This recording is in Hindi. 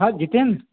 हाँ जितेंद्र